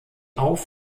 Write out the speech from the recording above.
auf